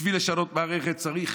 בשביל לשנות מערכת צריך